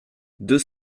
deux